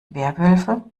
werwölfe